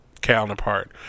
counterpart